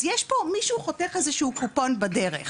אז יש פה מישהו חותך איזה קופון בדרך.